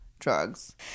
drugs